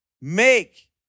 make